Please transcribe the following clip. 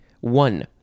One